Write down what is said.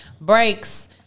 breaks